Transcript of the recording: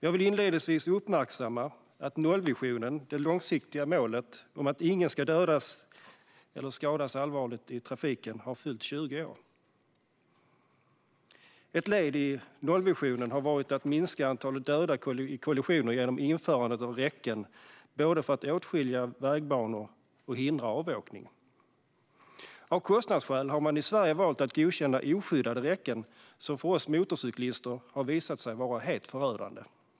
Jag vill uppmärksamma att nollvisionen, det långsiktiga målet att ingen ska dödas eller skadas allvarligt i trafiken, har fyllt 20 år. Ett led i nollvisionen har varit att minska antalet döda i kollisioner genom införandet av räcken, både för att åtskilja vägbanor och för att hindra avåkning. Av kostnadsskäl har man i Sverige valt att godkänna oskyddade räcken, som för oss motorcyklister har visat sig vara helt förödande.